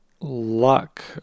luck